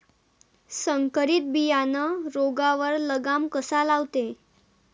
संकरीत बियानं रोगावर लगाम कसा लावते?